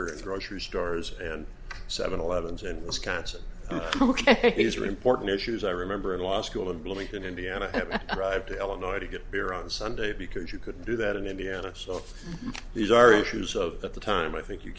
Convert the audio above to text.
and grocery stores and seven eleven's and wisconsin ok these are important issues i remember in law school in bloomington indiana drive to illinois to get beer on sunday because you couldn't do that in indiana so these are issues of at the time i think you